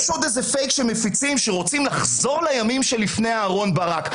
יש עוד פייק שמפיצים שרוצים לחזור לימים שלפני אהרן ברק.